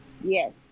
yes